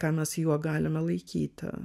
ką mes juo galime laikyti